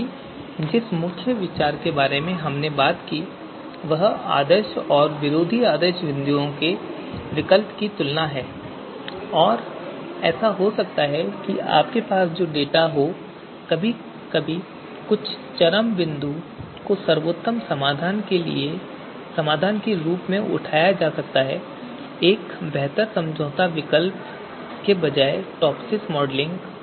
क्योंकि जिस मुख्य विचार के बारे में हमने बात की वह आदर्श और विरोधी आदर्श बिंदुओं से विकल्प की तुलना है और ऐसा हो सकता है कि आपके पास जो डेटा हो कभी कभी कुछ चरम बिंदु को सर्वोत्तम समाधान के रूप में उठाया जा सकता है एक बेहतर समझौता विकल्प के बजाय टॉपसिस मॉडलिंग